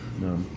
No